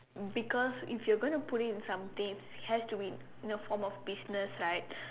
because if you are going to put into something it has to be in the form of business right